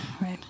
right